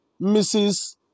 mrs